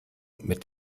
mit